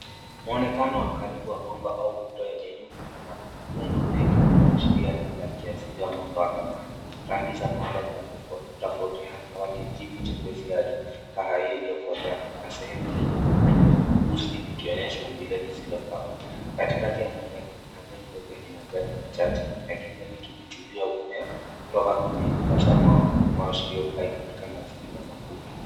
M𝑤onekano wa karibu wa mwamba au ukuta wenye nyufa na matundu mengi unaoashiria eneo la kiasili ya muundo wa zamani. Rangi za mwamba zinataufautiana kutoka kijivu chepesi hadi kahawia iliyokolea na sehemu zenye vivuli vyeusi ukionesha umbile lisilofaa. Katika ya mueneko kuna mmea mdogo wenye majani machache ya kijani kibichi uliomea kutoka kwenye nyufa za mwamba unaoashiria haukai katika mazingira magumu.